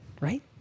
right